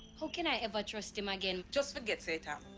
how can i ever trust him again? just forget say it um